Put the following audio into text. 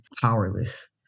powerless